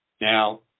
Now